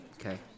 Okay